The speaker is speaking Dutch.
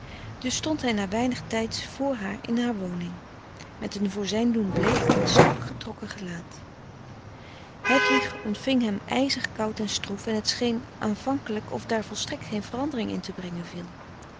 dus stond hij na weinig tijds vr haar in haar woning frederik van eeden van de koele meren des doods met een voor zijn doen bleek en strak getrokken gelaat hedwig ontving hem ijzig koud en stroef en het scheen aanvankelijk of daar volstrekt geen verandering in te brengen viel